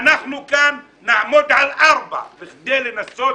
ואנחנו כאן נעמוד על ארבע בכדי לנסות